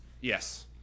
Yes